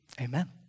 amen